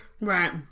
Right